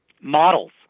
Models